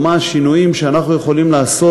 או מה השינויים שאנחנו יכולים לעשות